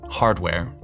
hardware